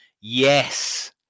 Yes